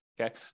Okay